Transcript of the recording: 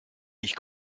ich